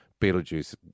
Beetlejuice